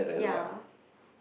yeah